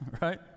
right